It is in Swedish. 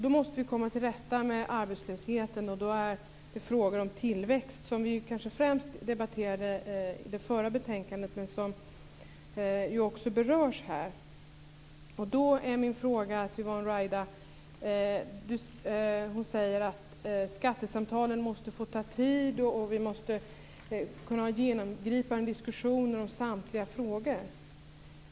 Då måste vi komma till rätta med arbetslösheten, och då handlar det om frågor om tillväxt som vi kanske främst debatterade i det förra betänkandet men som också berörs här. Yvonne Ruwaida säger att skattesamtalen måste få ta tid och att vi måste kunna ha genomgripande diskussioner om samtliga frågor.